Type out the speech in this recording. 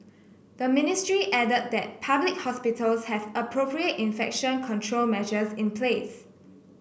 the ministry added that public hospitals have appropriate infection control measures in place